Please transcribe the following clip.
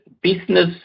business